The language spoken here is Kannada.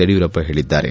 ಯಡಿಯೂರಪ್ಪ ಹೇಳಿದ್ದಾರೆ